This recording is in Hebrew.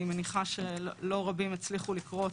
אני מניחה שלא רבים הצליחו לקרוא אותו.